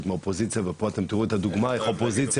מהאופוזיציה ופה אתם תראו את הדוגמא איך אופוזיציה